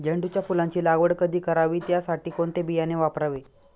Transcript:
झेंडूच्या फुलांची लागवड कधी करावी? त्यासाठी कोणते बियाणे वापरावे?